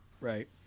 Right